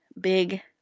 big